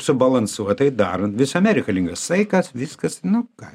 subalansuotai darant visame reikalingas saikas viskas nu ką